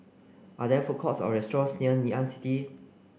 are there food courts or restaurants near Ngee Ann City